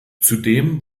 zudem